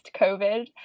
COVID